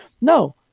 No